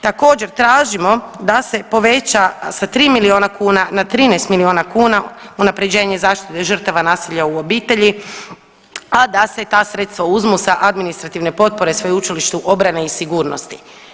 Također tražimo da se poveća sa 3 miliona kuna na 13 miliona kuna unapređenje zaštite žrtava nasilja u obitelji, a da se ta sredstva uzmu sa administrativne potpore Sveučilištu obrane i sigurnosti.